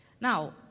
Now